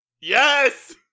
Yes